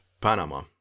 Panama